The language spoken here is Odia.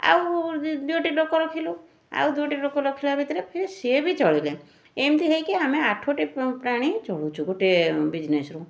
ଆଉ ଦୁଇଟି ଲୋକ ରଖିଲୁ ଆଉ ଦୁଇଟି ଲୋକ ରଖିଲା ଭିତରେ ଫିର୍ ସେ ବି ଚଳିଲେ ଏମିତି ହେଇକି ଆମେ ଆଠଟି ପ୍ରାଣୀ ଚଳୁଛୁ ଗୋଟେ ବିଜନେସରୁ